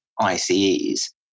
ICEs